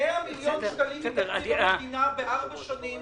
בארבע שנים.